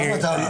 מציע